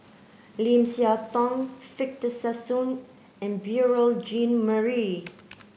Lim Siah Tong Victor Sassoon and Beurel Jean Marie